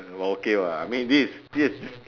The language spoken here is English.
but okay what I mean this is this is